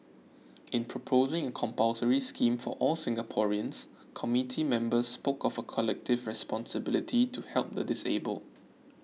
in proposing a compulsory scheme for all Singaporeans committee members spoke of a collective responsibility to help the disabled